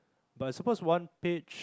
but I suppose one page